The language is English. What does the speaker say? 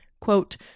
quote